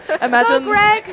Imagine